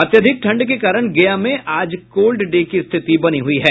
अत्यधिक ठंड के कारण गया में आज कोल्ड डे की स्थिति बनी हुई है